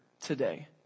today